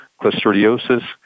Clostridiosis